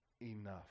enough